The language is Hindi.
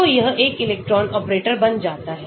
तो यह एक इलेक्ट्रॉन ऑपरेटर बन जाता है